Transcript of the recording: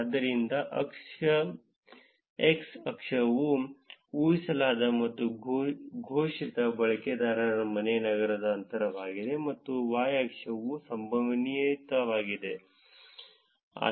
ಆದ್ದರಿಂದ x ಅಕ್ಷವು ಊಹಿಸಲಾದ ಮತ್ತು ಘೋಷಿತ ಬಳಕೆದಾರರ ಮನೆ ನಗರದ ಅಂತರವಾಗಿದೆ ಮತ್ತು y ಅಕ್ಷವು ಸಂಭವನೀಯತೆಯಾಗಿದೆ